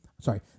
sorry